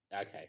Okay